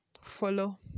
follow